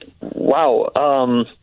Wow